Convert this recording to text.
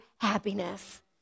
happiness